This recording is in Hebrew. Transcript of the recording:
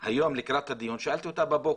היום לקראת הדיון, שאלתי אותה בבוקר: